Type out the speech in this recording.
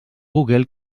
google